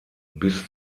bis